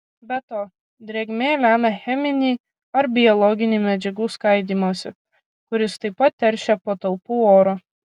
be to drėgmė lemia cheminį ar biologinį medžiagų skaidymąsi kuris taip pat teršia patalpų orą